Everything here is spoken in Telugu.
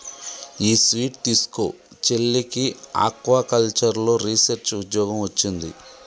ఈ స్వీట్ తీస్కో, చెల్లికి ఆక్వాకల్చర్లో రీసెర్చ్ ఉద్యోగం వొచ్చింది